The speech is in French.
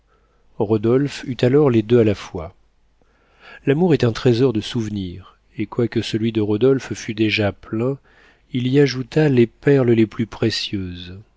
rodolphe eut alors les deux à la fois l'amour est un trésor de souvenirs et quoique celui de rodolphe fût déjà plein il y ajouta les perles les plus précieuses